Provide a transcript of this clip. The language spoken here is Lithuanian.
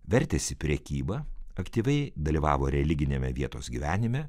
vertėsi prekyba aktyviai dalyvavo religiniame vietos gyvenime